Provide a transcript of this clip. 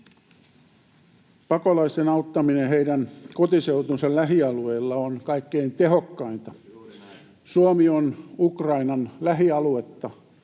Pakolaisten auttaminen heidän kotiseutunsa lähialueilla on kaikkein tehokkainta. [Eduskunnasta: